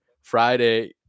Friday